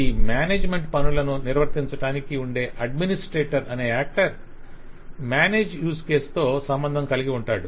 ఈ మ్యానేజ్మెంట్ పనులను నిర్వర్తించటానికి ఉండే అడ్మినిస్ట్రేటర్ అనే యాక్టర్ మానేజ్ యూస్ కేసుతో సంబంధం కలిగి ఉంటాడు